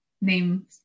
name